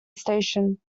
station